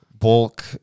bulk